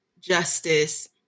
justice